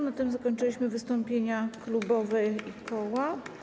Na tym zakończyliśmy wystąpienia klubowe i koła.